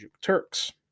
Turks